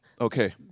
Okay